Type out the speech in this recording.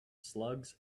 slugs